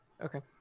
Okay